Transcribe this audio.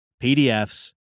PDFs